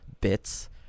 bits